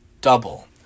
double